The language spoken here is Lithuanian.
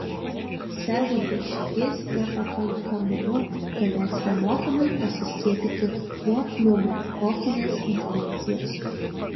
sergantys širdies nepakankamumu galės nemokamai pasiskiepyti nuo pneumokokinės infekcijos